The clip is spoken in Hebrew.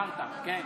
שיקרת, כן.